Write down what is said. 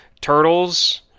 turtles